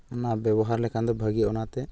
ᱱᱚᱣᱟ ᱵᱮᱵᱚᱦᱟᱨ ᱞᱮᱠᱷᱟᱱ ᱫᱚ ᱵᱷᱟᱹᱜᱤᱼᱟ ᱚᱱᱟᱛᱮ